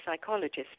psychologist